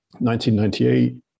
1998